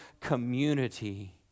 community